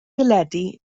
deledu